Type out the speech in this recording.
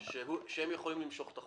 שהם יכולים למשוך את החוק.